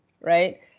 right